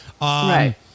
Right